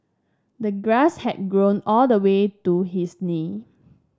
the grass had grown all the way to his knee